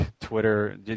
Twitter